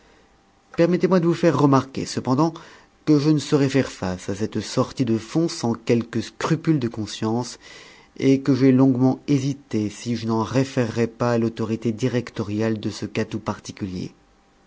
permettez-moi de vous faire remarquer cependant que je ne saurais faire face à cette sortie de fonds sans quelque scrupule de conscience et que j'ai longuement hésité si je n'en référerais pas à l'autorité directoriale de ce cas tout particulier